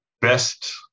best